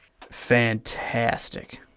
fantastic